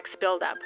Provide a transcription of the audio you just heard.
buildup